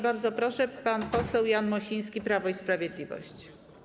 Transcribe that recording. Bardzo proszę, pan poseł Jan Mosiński, Prawo i Sprawiedliwość.